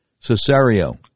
Cesario